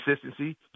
consistency